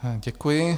Děkuji.